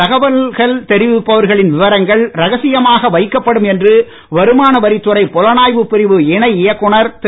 தகவல்கள் தெரிவிப்பவர்களின் விவரங்கள் ரகசியமாக வைக்கப்படும் என்று வருமான வரித்துறை புலனாய்வுப் பிரிவு இணை இயக்குநர் திரு